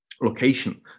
location